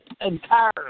entirely